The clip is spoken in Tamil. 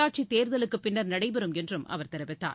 உள்ளாட்சித் தேர்தலுக்குப் பின்னா் நடைபெறும் என்றும் அவர் தெரிவித்தார்